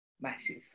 massive